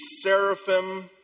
seraphim